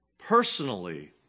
personally